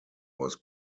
was